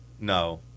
no